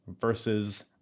versus